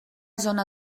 zona